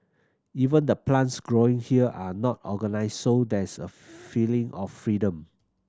even the plants growing here are not organised so there's a feeling of freedom